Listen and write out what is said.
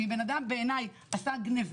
אם אדם ביצע גניבה,